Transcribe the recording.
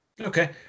Okay